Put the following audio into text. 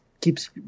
keeps